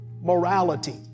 morality